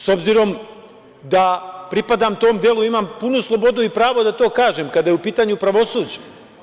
S obzirom da pripadam tom delu, imam punu slobodu i pravo da to kažem kada je u pitanju pravosuđe.